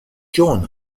jon